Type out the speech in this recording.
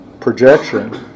projection